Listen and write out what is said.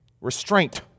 Restraint